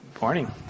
morning